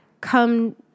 come